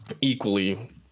equally